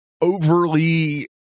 overly